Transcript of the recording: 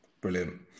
Brilliant